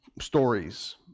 stories